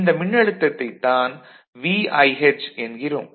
இந்த மின்னழுத்தத்தைத் தான் VIH என்கிறோம்